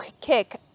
kick